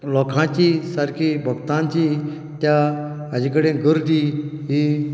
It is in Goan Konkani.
लोकांची सारकी भक्तांची त्या हाचे कडेन गर्दी ही